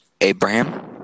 Abraham